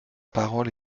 parole